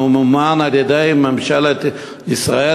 הממומן על-ידי ממשלת ישראל,